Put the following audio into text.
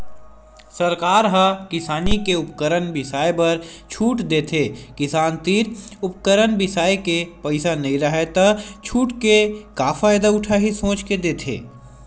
सरकार ह किसानी के उपकरन बिसाए बर छूट देथे किसान तीर उपकरन बिसाए के पइसा नइ राहय त छूट के का फायदा उठाही सोच के देथे